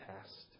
test